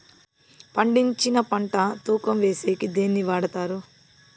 పండించిన పంట తూకం వేసేకి దేన్ని వాడతారు?